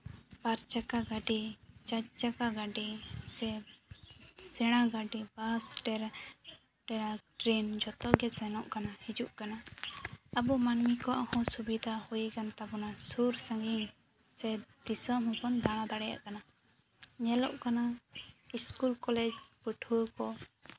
ᱵᱟᱨᱪᱟᱠᱟ ᱜᱟᱹᱰᱤ ᱪᱟᱨᱪᱟᱠᱟ ᱜᱟᱹᱰᱤ ᱥᱮ ᱥᱮᱬᱟ ᱜᱟᱹᱰᱤ ᱵᱟᱥ ᱴᱮᱨᱟᱠ ᱴᱨᱮᱱ ᱡᱚᱛᱚ ᱜᱮ ᱥᱮᱱᱚᱜ ᱠᱟᱱᱟ ᱦᱤᱡᱩᱜ ᱠᱟᱱᱟ ᱟᱵᱚ ᱢᱟᱹᱱᱢᱤ ᱠᱚᱣᱟᱜ ᱦᱚᱸ ᱥᱩᱵᱤᱫᱟ ᱦᱩᱭ ᱠᱟᱱ ᱛᱟᱵᱚᱱᱟ ᱥᱩᱨ ᱥᱟᱺᱜᱤᱧ ᱥᱮ ᱫᱤᱥᱚᱢ ᱦᱚᱸᱵᱚᱱ ᱫᱟᱬᱟ ᱫᱟᱲᱮᱭᱟᱜ ᱠᱟᱱᱟ ᱧᱮᱞᱚᱜ ᱠᱟᱱᱟ ᱤᱥᱠᱩᱞ ᱠᱚᱞᱮᱡᱽ ᱯᱟᱹᱴᱷᱩᱣᱟᱹ ᱠᱚ